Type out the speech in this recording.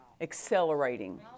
accelerating